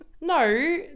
no